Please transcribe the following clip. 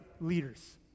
leaders